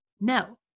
No